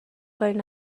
کاری